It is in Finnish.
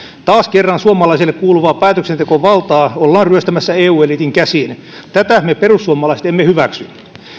taas kerran suomalaiselle kuuluvaa päätöksentekovaltaa ollaan ryöstämässä eu eliitin käsiin tätä me perussuomalaiset emme hyväksy